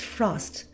Frost